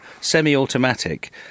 semi-automatic